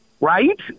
Right